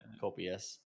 copious